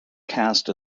cast